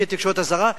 לפי התקשורת הזרה,